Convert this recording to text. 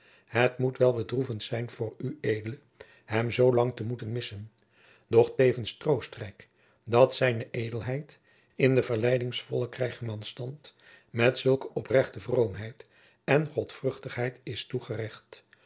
het moet wel bedroevend jacob van lennep de pleegzoon zijn voor ued hem zoo lang te moeten missen doch tevens troostrijk dat z ed in den verleidingsvollen krijgsmansstand met zulke oprechte vroomheid en godvruchtigheid is toegerecht